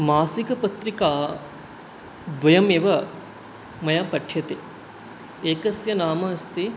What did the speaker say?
मासिकपत्रिका द्वयम् एव मया पठ्यते एकस्य नाम अस्ति